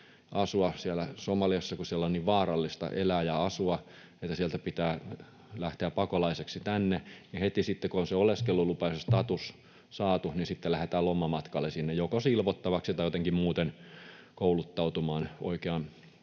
Somaliassa, kun siellä on niin vaarallista elää ja asua, että sieltä pitää lähteä pakolaiseksi tänne, niin heti sitten, kun on se oleskelulupa ja se status saatu, lähdetään lomamatkalle sinne, joko silvottavaksi tai jotenkin muuten kouluttautumaan oikeaan,